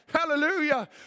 Hallelujah